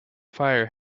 fire